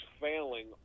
failing